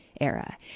era